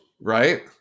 Right